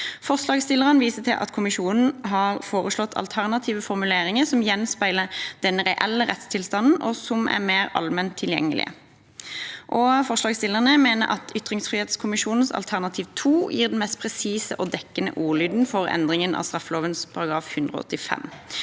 Forslagsstillerne viser til at kommisjonen har foreslått alternative formuleringer som gjenspeiler den reelle rettstilstanden, og som er mer allment tilgjengelige. Forslagsstillerne mener også at ytringsfrihetskommisjonens alternativ 2 gir den mest presise og dekkende ordlyden for endringen av straffeloven § 185.